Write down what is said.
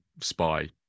spy